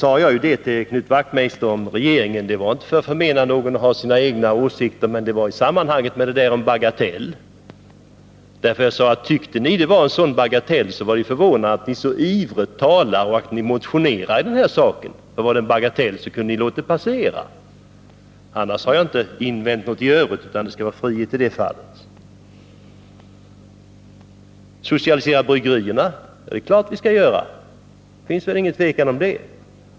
Vad jag sade till Knut Wachtmeister om regeringen innebar inte att jag ville förmena någon att ha en egen åsikt. Jag sade att om ni tycker att det är en bagatell, så är det förvånande att ni så ivrigt talar för och motionerar om saken. Hade det varit en bagatell, så hade ni kunnat låta det passera utan motioner och tal. Det är klart att vi skall socialisera bryggerierna. Det råder väl inget tvivel om det.